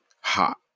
Hot